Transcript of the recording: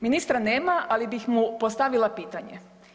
Ministra nema, ali bih mu postavila pitanje.